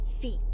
feet